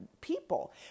people